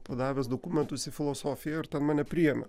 padavęs dokumentus į filosofiją ir ten mane priėmė